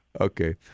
Okay